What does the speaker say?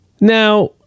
Now